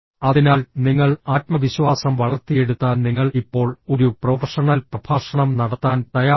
അതിനാൽ നിങ്ങൾ ആത്മവിശ്വാസം വളർത്തിയെടുത്താൽ നിങ്ങൾ ഇപ്പോൾ ഒരു പ്രൊഫഷണൽ പ്രഭാഷണം നടത്താൻ തയ്യാറാണ്